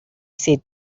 said